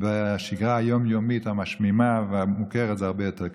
ובשגרה היום-יומית המשמימה והמוכרת זה הרבה יותר קשה.